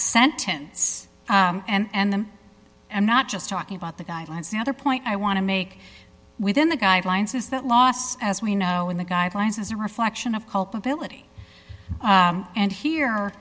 sentence and then i'm not just talking about the guidelines the other point i want to make within the guidelines is that loss as we know in the guidelines is a reflection of culpability and here